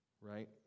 right